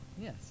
Yes